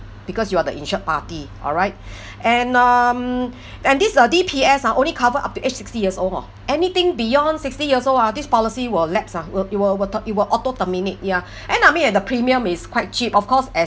because you are the insured party all right and um and this uh D_P_S uh only cover up to age sixty years old hor anything beyond sixty years old ah this policy will lapse ah it'll it'll it'll to~ it will auto terminate ya and I mean uh the premium is quite cheap of course as